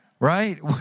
Right